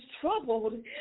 troubled